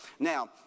Now